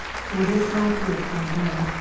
for this my good from them,